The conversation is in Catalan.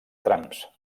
trams